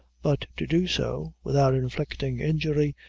but to do so, without inflicting injury,